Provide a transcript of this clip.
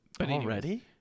Already